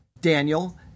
Daniel